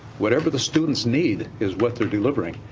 whatever the students need is what they are delivering.